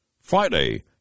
Friday